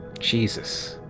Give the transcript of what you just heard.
jesus.